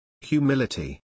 Humility